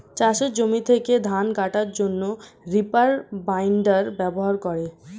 চাষের জমি থেকে ধান কাটার জন্যে রিপার বাইন্ডার ব্যবহার করে